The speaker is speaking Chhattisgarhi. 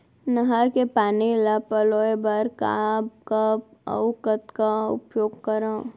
नहर के पानी ल पलोय बर कब कब अऊ कतका उपयोग करंव?